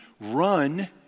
run